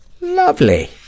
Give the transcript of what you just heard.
Lovely